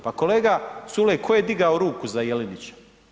Pa kolega Culej tko je digao ruku za Jelinića?